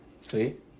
Sweet